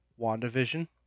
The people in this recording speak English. WandaVision